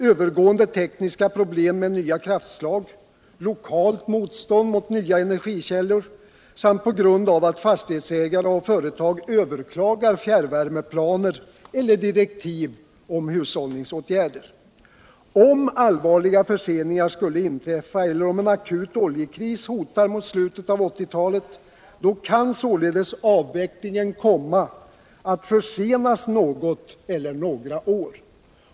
övergående tekniska problem med nva kraftslag, lokalt motstånd mot nya energikällor samt på grund av att fastighetsägare och företag överklagar fjärrvärmeplaner eller direktiv om hushållningsåtgärder. Om allvarliga förseningar skulle inträffa eller om en akut oljekris hotar mot slutet av 1980 talet. kan således avvecklingen komma utt försenas något eller några år.